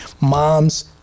mom's